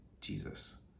Jesus